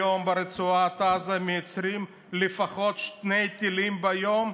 היום ברצועת עזה מייצרים לפחות שני טילים ביום,